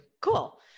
Cool